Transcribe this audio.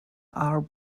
are